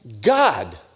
God